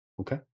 Okay